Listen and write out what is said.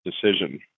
decision